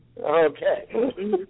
Okay